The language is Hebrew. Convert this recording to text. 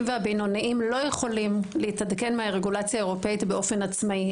והבינוניים לא יכולים להתעדכן מהרגולציה האירופאית באופן עצמאי.